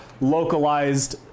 localized